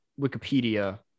wikipedia